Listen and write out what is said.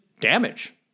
damage